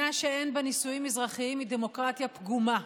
נישואים אזרחיים היא דמוקרטיה פגומה,